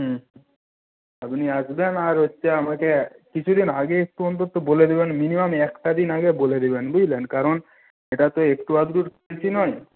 হুম হুম আপনি আসবেন আর হচ্ছে আমাকে কিছুদিন আগে একটু অন্তত বলে দেবেন মিনিমাম একটা দিন আগে বলে দেবেন বুঝলেন কারণ এটা তো একটু আধটুর নয়